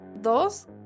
dos